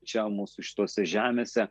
čia mūsų šitose žemėse